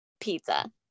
pizza